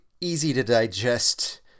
easy-to-digest